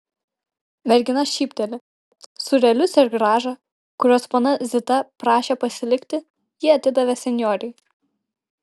mergina šypteli sūrelius ir grąžą kuriuos ponia zita prašė pasilikti ji atidavė senjorei